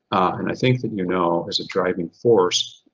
and i think that you know, as a driving force,